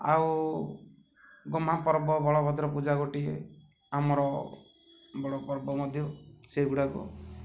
ଆଉ ଗହ୍ମାପର୍ବ ବଳଭଦ୍ର ପୂଜା ଗୋଟିଏ ଆମର ବଡ଼ ପର୍ବ ମଧ୍ୟ ସେହିଗୁଡ଼ାକ